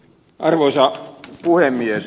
arvoisa puhemies